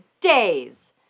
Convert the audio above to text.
days